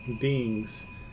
beings